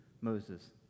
Moses